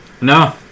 No